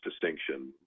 distinction